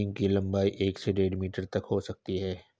हींग की लंबाई एक से डेढ़ मीटर तक हो सकती है